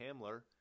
Hamler